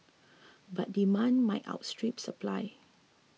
but demand might outstrip supply